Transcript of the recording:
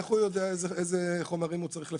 איך הוא יודע איזה חומרים הוא צריך לפרסם?